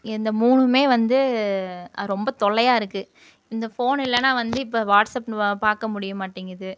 இந்த மூணுமே வந்து ரொம்ப தொல்லையாக இருக்குது இந்த ஃபோன் இல்லைனா வந்து இப்போ வாட்ஸப் பார்க்க முடிய மாட்டேங்குது